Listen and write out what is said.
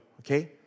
okay